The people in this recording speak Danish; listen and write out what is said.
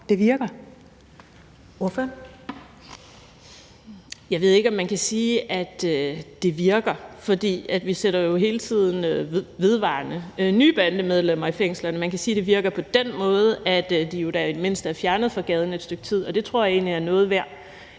(SF): Jeg ved ikke, om man kan sige, at det virker, for vi sætter jo vedvarende nye bandemedlemmer i fængsel. Men man kan sige, at det virker på den måde, at de jo i det mindste er fjernet fra gaden et stykke tid, og det tror jeg egentlig er noget værd.